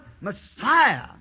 Messiah